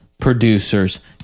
producers